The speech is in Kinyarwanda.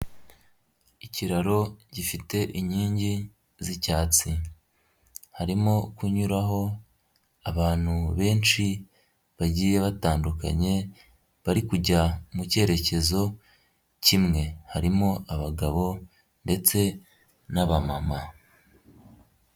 Ikiraro gifite inkingi z'icyatsi, harimo kunyuraho abantu benshi bagiye batandukanye bari kujya mu cyerekezo kimwe, harimo abagabo ndetse n'abamama.